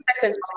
seconds